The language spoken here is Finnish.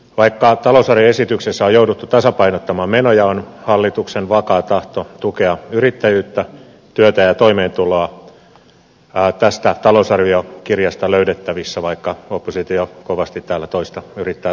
vaikka talousarvioesityksessä on jouduttu tasapainottamaan menoja on hallituksen vakaa tahto tukea yrittäjyyttä työtä ja toimeentuloa tästä talousarviokirjasta löydettävissä vaikka oppositio kovasti täällä toista yrittää todistaa